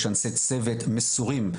יש אנשי צוות מסורים,